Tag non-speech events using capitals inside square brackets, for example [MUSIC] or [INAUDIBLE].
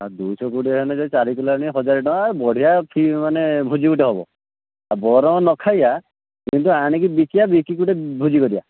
ଆଉ ଦୁଇଶହ କୋଡ଼ିଏ ହେଲେ ସେଇ ଚାରି କିଲୋ ହେଲେ ହଜାରେ ଟଙ୍କା ଆ ବଢ଼ିଆ [UNINTELLIGIBLE] ମାନେ ଭୋଜି ଗୋଟେ ହେବ ଆଉ ବରଂ ନ ଖାଇବା କିନ୍ତୁ ଆଣିକି ବିକିବା ବିକିକି ଗୋଟେ ଭୋଜି କରିବା